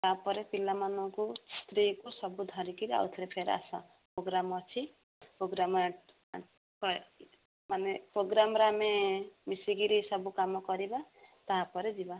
ତାପରେ ପିଲାମାନଙ୍କୁ ସ୍ତ୍ରୀକୁ ସବୁ ଧରିକିରି ଆଉଥିରେ ଫେର୍ ଆସ ପ୍ରୋଗ୍ରାମ୍ ଅଛି ପ୍ରୋଗ୍ରାମ୍ ମାନେ ପ୍ରୋଗ୍ରାମ୍ରେ ଆମେ ମିଶିକିରି ସବୁ କାମ କରିବା ତାପରେ ଯିବା